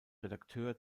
redakteur